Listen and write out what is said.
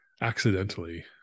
Accidentally